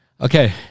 Okay